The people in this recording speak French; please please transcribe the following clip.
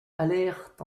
allèrent